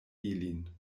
ilin